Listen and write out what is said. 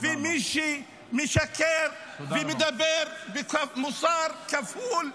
ומי שמשקר ומדבר במוסר כפול,